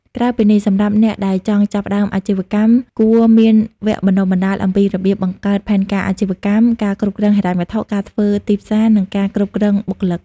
ក្រៅពីនេះសម្រាប់អ្នកដែលចង់ចាប់ផ្តើមអាជីវកម្ម គួរមានវគ្គបណ្តុះបណ្តាលអំពីរបៀបបង្កើតផែនការអាជីវកម្ម ការគ្រប់គ្រងហិរញ្ញវត្ថុ ការធ្វើទីផ្សារ និងការគ្រប់គ្រងបុគ្គលិក។